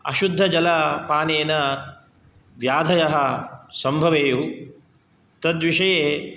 अशुद्धजलपानेन व्याधयः सम्भवेयुः तद्विषये